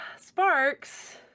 Sparks